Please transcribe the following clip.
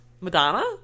Madonna